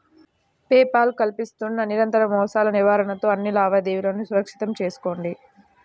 pay Paul కల్పిస్తున్న నిరంతర మోసాల నివారణతో అన్ని లావాదేవీలను సురక్షితం చేసుకోండి